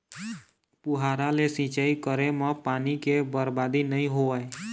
फुहारा ले सिंचई करे म पानी के बरबादी नइ होवय